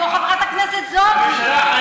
כמו חברת הכנסת זועבי.